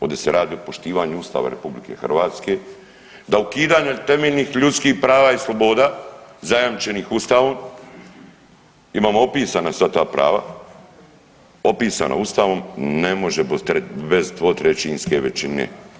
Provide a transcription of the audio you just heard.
Ovdje se radi o poštivanju Ustava Republike Hrvatske da ukidanje temeljnih ljudskih prava i sloboda zajamčenih Ustavom, imamo opisana sad ta prava, opisano Ustavom ne može bez dvotrećinske većine.